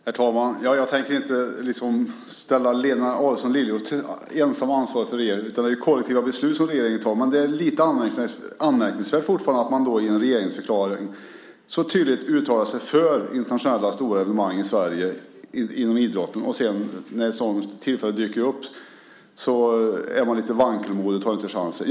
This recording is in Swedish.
Herr talman! Jag tänker inte framställa Lena Adelsohn Liljeroth ensam som ansvarig i regeringen. Regeringen tar ju kollektiva beslut. Men lite anmärkningsvärt är det fortfarande när man i en regeringsförklaring så tydligt uttalar sig för internationella stora evenemang i Sverige inom idrotten och sedan, när ett sådant tillfälle dyker upp, är lite vankelmodig och inte tar chansen.